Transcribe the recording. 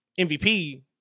MVP